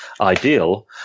ideal